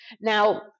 Now